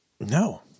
No